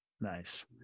Nice